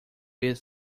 bit